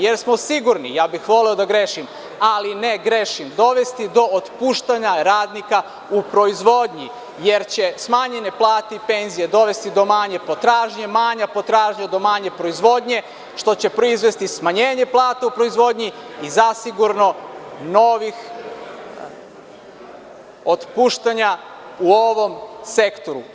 Ja bih voleo da grešim, ali ne grešim i sigurno će ove mere dovesti do otpuštanja radnika u proizvodnji, jer će smanjene plate i penzije dovesti do manje potražnje, manja potražnja do manje proizvodnje, što će proizvesti smanjenje plata u proizvodnji i zasigurno nova otpuštanja u ovom sektoru.